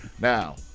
Now